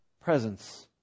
Presence